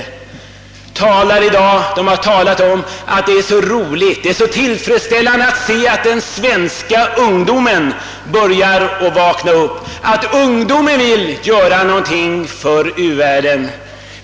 Det har i dag talats om att det är så glädjande att den svenska ungdomen börjar vakna upp och att den vill göra någonting för u-länderna.